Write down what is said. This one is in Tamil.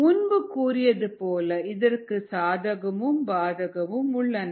முன்பு கூறியது போல இதற்கும் சாதகமும் பாதகமும் உள்ளன